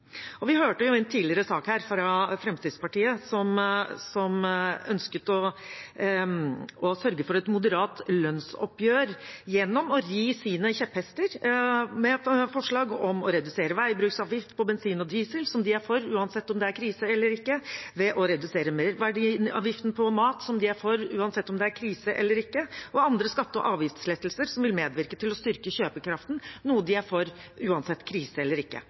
Vi hørte i en tidligere sak at Fremskrittspartiet ønsket å sørge for et moderat lønnsoppgjør gjennom å ri sine kjepphester – med forslag om å redusere veibruksavgiften på bensin og diesel, noe de er for uansett om det er krise eller ikke, å redusere merverdiavgiften på mat, noe de er for uansett om det er krise eller ikke, og andre skatte og avgiftslettelser som vil medvirke til å styrke kjøpekraften, noe de er for uansett krise eller ikke.